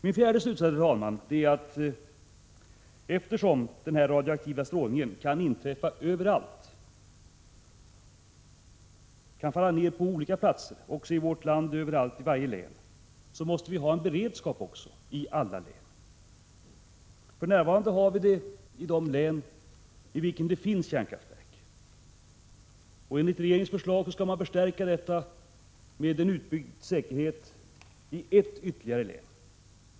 Min fjärde slutsats är att vi — eftersom radioaktiv strålning kan inträffa överallt och nedfall kan ske även i vårt land, i alla län och på alla platser — måste ha en beredskap i alla län. För närvarande har vi det i de län i vilka det finns kärnkraftverk. Enligt regeringens förslag skall man förstärka denna beredskap med en utbyggd säkerhet i ytterligare ett län.